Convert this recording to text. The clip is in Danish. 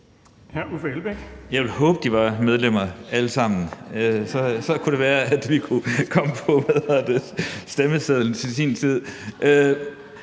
Jeg ville håbe, at de var medlemmer alle sammen, for så kunne det være, at vi kunne komme på stemmesedlen til sin tid.